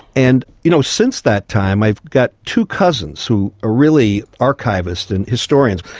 and you know since that time i've got two cousins who are really archivists and historians,